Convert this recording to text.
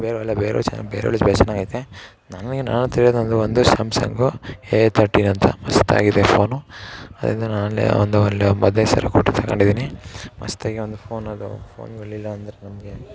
ಬೇರೆವೆಲ್ಲ ಚೆನ್ನಾಗೈತೆ ನನಗೆ ನನ್ಹತ್ರ ಇರೋದೊಂದು ಒಂದು ಸ್ಯಾಮ್ಸಂಗು ಎ ತರ್ಟೀನ್ ಅಂತ ಮಸ್ತಾಗಿದೆ ಫೋನು ಅದರಿಂದ ನಾನು ಅಲ್ಲೇ ಒಂದು ಒಳ್ಳೆಯ ಹದಿನೈದು ಸಾವಿರ ಕೊಟ್ಟು ತಗೊಂಡಿದೀನಿ ಮಸ್ತಾಗಿ ಒಂದು ಫೋನ್ ಅದು ಫೋನುಗಳ್ ಇಲ್ಲ ಅಂದರೆ ನಮಗೆ